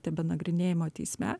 tebenagrinėjama teisme